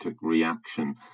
reaction